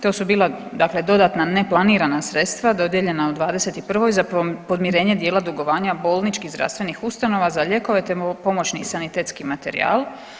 To su bila dakle dodatna neplanirana sredstva dodijeljena u 2021. za podmirenje dijela dugovanja bolničkih zdravstvenih ustanova za lijekove, te pomoćni i sanitetski materijal.